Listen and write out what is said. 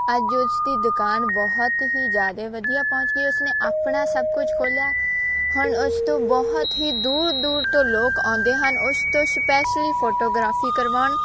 ਅੱਜ ਉਸ ਦੀ ਦੁਕਾਨ ਬਹੁਤ ਹੀ ਜ਼ਿਆਦੇ ਵਧੀਆ ਪਹੁੰਚ ਗਈ ਉਸਨੇ ਆਪਣਾ ਸਭ ਕੁਝ ਖੋਲਿਆ ਹੁਣ ਉਸ ਤੋਂ ਬਹੁਤ ਹੀ ਦੂਰ ਦੂਰ ਤੋਂ ਲੋਕ ਆਉਂਦੇ ਹਨ ਉਸ ਤੋਂ ਸਪੈਸ਼ਲੀ ਫੋਟੋਗ੍ਰਾਫੀ ਕਰਵਾਉਣ